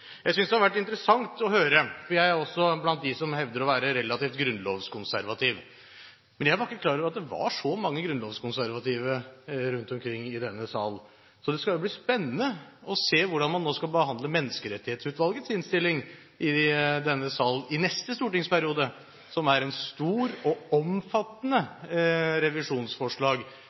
Jeg synes det har vært interessant å høre på, for jeg er også blant dem som hevder å være relativt grunnlovskonservativ. Jeg var ikke klar over at det var så mange grunnlovskonservative rundt omkring i denne sal, så det skal bli spennende å se hvordan man i denne salen i neste stortingsperiode vil behandle Menneskerettighetsutvalgets innstilling, som er et stort og omfattende revisjonsforslag